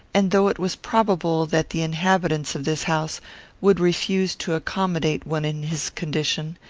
and though it was probable that the inhabitants of this house would refuse to accommodate one in his condition,